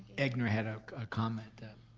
egnor had ah a comment.